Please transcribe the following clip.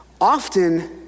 Often